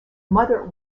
mother